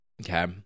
Okay